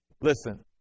Listen